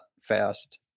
fast